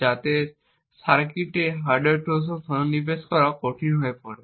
যাতে সার্কিটে hardware trojan সন্নিবেশ করা কঠিন হয়ে পড়ে